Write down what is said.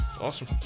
awesome